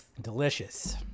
Delicious